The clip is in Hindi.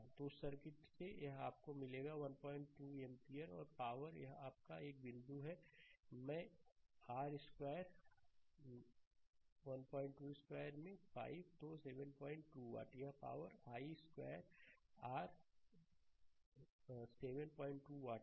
उस सर्किट से आपको यह मिलेगा 12 एम्पीयर और पावर यह आपका एक बिंदु है मैं आर स्क्वायर 12 स्क्वायर में 5 तो 72 वाट यह power I square R 72 watt है